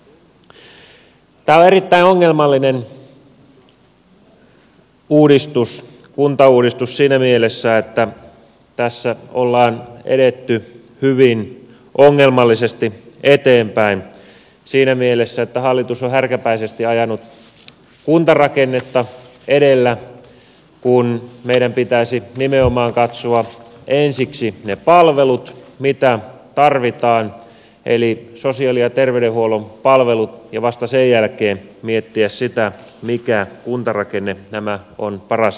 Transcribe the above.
tämä on erittäin ongelmallinen uudistus kuntauudistus siinä mielessä että tässä ollaan edetty hyvin ongelmallisesti eteenpäin siinä mielessä että hallitus on härkäpäisesti ajanut kuntarakennetta edellä kun meidän pitäisi nimenomaan katsoa ensiksi ne palvelut mitä tarvitaan eli sosiaali ja terveydenhuollon palvelut ja vasta sen jälkeen miettiä sitä mikä kuntarakenne nämä on paras järjestämään